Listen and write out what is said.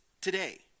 today